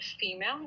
female